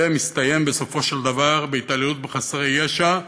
זה מסתיים בסופו של דבר בהתעללות בחסרי ישע.